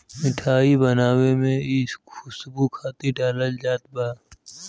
मिठाई बनावे में इ खुशबू खातिर डालल जात बा